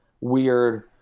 weird